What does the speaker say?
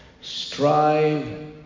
strive